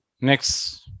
next